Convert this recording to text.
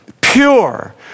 pure